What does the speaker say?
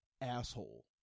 asshole